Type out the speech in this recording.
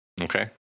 Okay